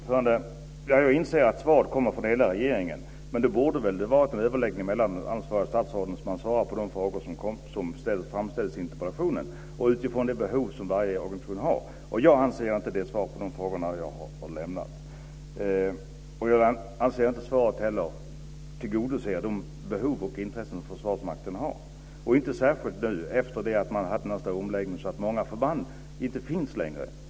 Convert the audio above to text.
Fru talman! Jag inser att svaret kommer från hela regeringen. Men då borde det väl ha varit överläggningar mellan de ansvariga statsråden, så att man svarar på de frågor som framställs i interpellationen utifrån de behov som varje organisation har. Jag anser inte att detta är ett svar på de frågor jag har lämnat. Jag anser inte heller att svaret tillgodoser de behov och intressen som Försvarsmakten har. Det gäller särskilt nu när man har genomfört den här stora omläggningen som medför att många förband inte finns längre.